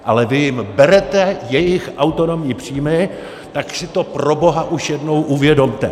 Ale vy jim berete jejich autonomní příjmy, tak si to proboha už jednou uvědomte!